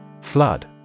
Flood